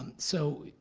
so,